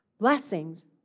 Blessings